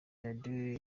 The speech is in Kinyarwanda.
radiyo